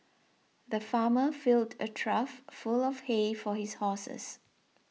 the farmer filled a trough full of he for his horses